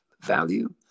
value